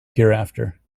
hereafter